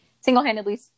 single-handedly